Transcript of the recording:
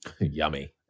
yummy